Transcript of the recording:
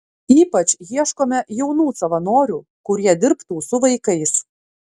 ypač ieškome jaunų savanorių kurie dirbtų su vaikais